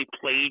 played